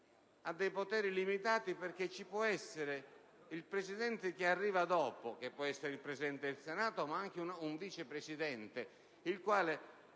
ha dei poteri limitati, perché ci può essere il Presidente che arriva dopo - che può essere il Presidente del Senato ma anche un Vice Presidente - il quale